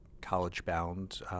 college-bound